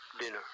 dinner